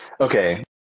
Okay